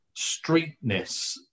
streetness